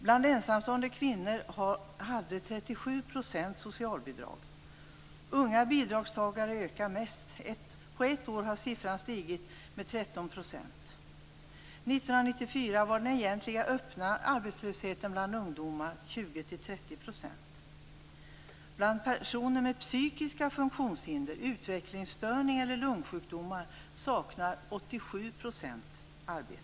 Bland ensamstående kvinnor hade 37 % socialbidrag. Unga bidragstagare ökar mest. På ett år har siffran stigit med 13 %. 1994 var den egentliga öppna arbetslösheten bland ungdomar 20-30 %. Bland personer med psykiska funktionshinder, utvecklingsstörning eller lungsjukdomar saknar 87 % arbete.